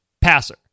passer